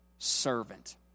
servant